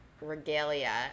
regalia